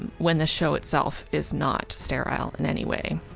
when the show itself is not sterile in any way.